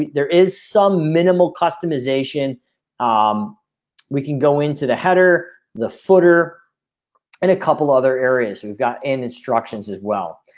there is some minimal customization um we can go into the header the footer and a couple other areas. we've got an instructions as well,